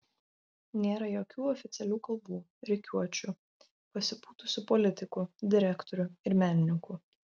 nėra jokių oficialių kalbų rikiuočių pasipūtusių politikų direktorių ir menininkų